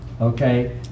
okay